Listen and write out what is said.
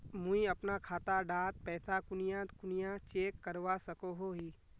मुई अपना खाता डात पैसा कुनियाँ कुनियाँ चेक करवा सकोहो ही?